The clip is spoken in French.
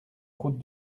route